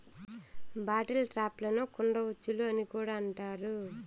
bottle ట్రాప్లను కుండ ఉచ్చులు అని కూడా అంటారు